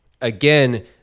Again